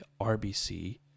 RBC